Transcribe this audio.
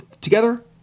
together